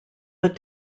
but